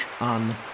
on